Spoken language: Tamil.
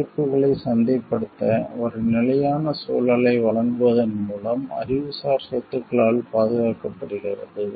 தயாரிப்புகளை சந்தைப்படுத்த ஒரு நிலையான சூழலை வழங்குவதன் மூலம் அறிவுசார் சொத்துக்களால் பாதுகாக்கப்படுகிறது